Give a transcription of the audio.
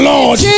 Lord